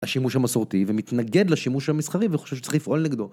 השימוש המסורתי, ומתנגד לשימוש המסחרי, וחושב שצריך לפעול נגדו.